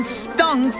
stung